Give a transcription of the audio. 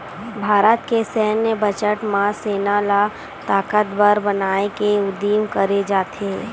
भारत के सैन्य बजट म सेना ल ताकतबर बनाए के उदिम करे जाथे